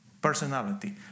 personality